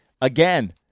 again